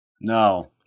No